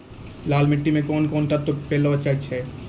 लाल मिट्टी मे कोंन कोंन तत्व पैलो जाय छै?